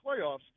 playoffs